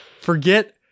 Forget